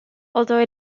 although